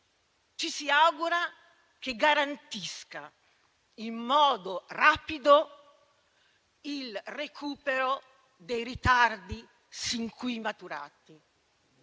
ci si augura che garantisca in modo rapido il recupero dei ritardi sin qui maturati.